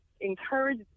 encourage